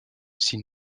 s’y